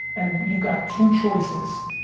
and you've got two choices.